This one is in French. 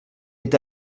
est